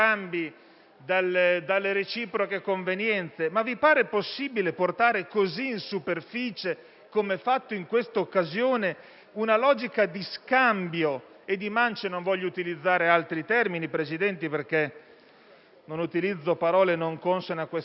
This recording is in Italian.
delle reciproche convenienze. Ma vi pare possibile portare così in superficie, come fatto in questa occasione, una logica di scambio e di mance? Non voglio utilizzare altri termini, signor Presidente, perché non utilizzo parole non consone a quest'Assemblea.